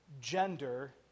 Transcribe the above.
gender